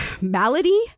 Malady